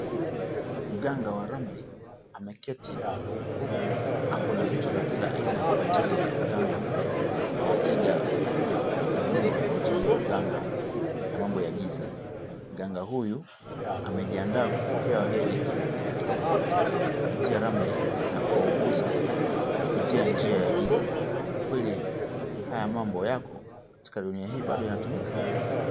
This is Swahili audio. Mganga wa ramli ameketi huku ako na vitu vya kila aina kwa ajili ya uganga na wateja kuhudumiwa kwa ajili ya uganga na mambo ya giza mganga huyu amejiandaa kupokea wageni kupitia ramli na kuwauguza kupitia njia ya giza kweli mambo haya yapo katika dunia hii yanatumika.